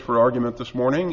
for argument this morning